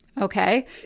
Okay